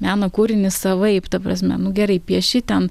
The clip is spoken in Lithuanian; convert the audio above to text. meno kūrinį savaip ta prasme nu gerai pieši ten